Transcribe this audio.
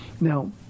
Now